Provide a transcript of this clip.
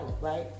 Right